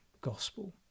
gospel